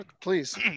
please